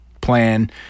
plan